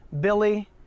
Billy